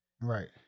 Right